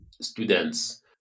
students